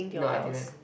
no I didn't